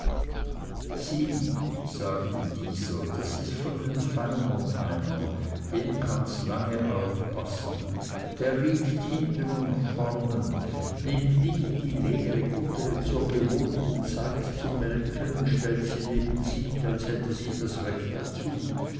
sieh sagte dieser das ist von den feinern einer dem kannst lange aufpassen der riecht hinten und vornen nimmt nicht die leere guttere zur gewohnten zeit zum melken und stellt sie neben sich als hätte sie das recht dazu